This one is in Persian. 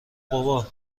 بابا